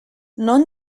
non